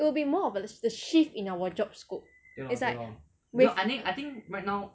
it will be more of a shift a shift in our job scope is like with